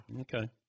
Okay